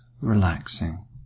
Relaxing